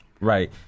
Right